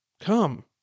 Come